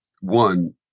one